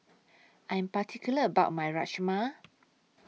I'm particular about My Rajma